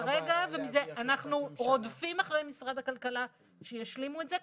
כרגע אנחנו רודפים אחרי משרד הכלכלה שישלימו את זה.